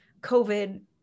COVID